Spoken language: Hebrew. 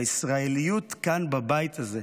הישראליות כאן בבית הזה,